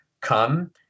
come